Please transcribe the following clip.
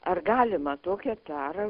ar galima tokią tarą